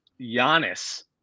Giannis